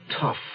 tough